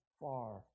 far